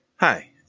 Hi